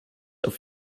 auf